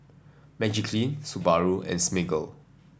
Magiclean Subaru and Smiggle